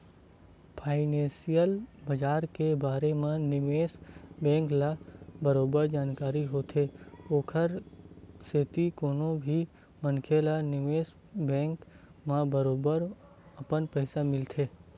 financial बजार के बारे म निवेस बेंक ल बरोबर जानकारी होथे ओखर सेती कोनो भी मनखे ह निवेस बेंक म बरोबर अपन पइसा लगाथे